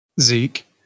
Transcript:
Zeke